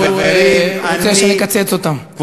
שהוא רוצה שנקצץ אותם,